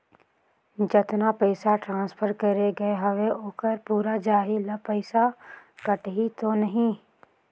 जतना पइसा ट्रांसफर करे गये हवे ओकर पूरा जाही न पइसा कटही तो नहीं?